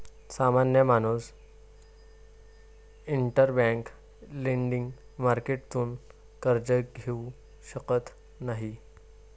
सामान्य माणूस interbank lending मार्केटतून कर्ज घेऊ शकत नाही